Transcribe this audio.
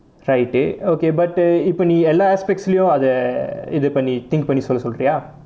right uh okay but uh இப்போ நீ எல்லா:ippo nee ella aspects லையும் அதை இது பண்ணி:laiyum athai ithu panni think பண்ணி சொல்ல சொல்றியா:panni solla solriyaa